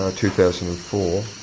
ah two thousand and